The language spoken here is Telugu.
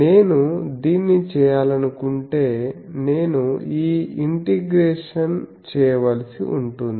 నేను దీన్ని చేయాలనుకుంటే నేను ఈ ఇంటిగ్రేషన్ చేయవలసి ఉంటుంది